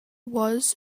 was